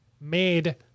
made